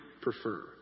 prefer